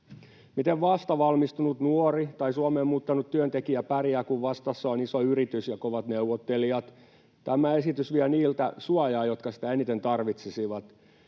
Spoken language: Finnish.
Miten vastavalmistunut nuori tai Suomeen muuttanut työntekijä pärjää, kun vastassa ovat iso yritys ja kovat neuvottelijat? Tämä esitys vie suojaa niiltä, jotka sitä eniten tarvitsisivat.